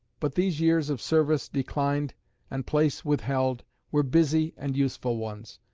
but these years of service declined and place withheld were busy and useful ones.